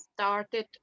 started